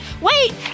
wait